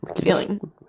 feeling